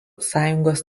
sąjungos